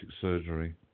surgery